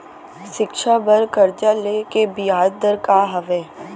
शिक्षा बर कर्जा ले के बियाज दर का हवे?